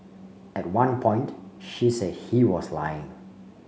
at one point she said he was lying